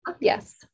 Yes